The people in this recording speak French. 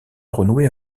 renouer